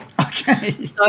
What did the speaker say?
Okay